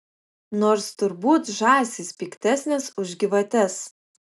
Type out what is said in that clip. nors turbūt žąsys piktesnės už gyvates